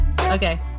Okay